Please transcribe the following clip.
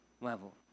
level